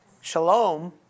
Shalom